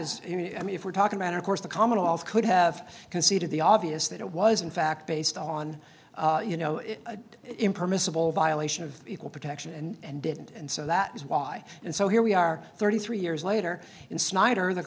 is i mean if we're talking matter of course the commonwealth could have conceded the obvious that it was in fact based on you know it impermissible violation of equal protection and didn't and so that is why and so here we are thirty three years later in snyder the